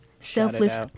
selfless